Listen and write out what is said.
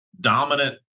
dominant